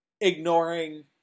ignoring